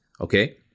Okay